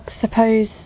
suppose